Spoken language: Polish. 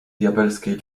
diabelskiej